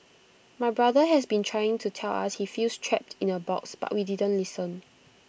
my brother has been trying to tell us he feels trapped in A box but we didn't listen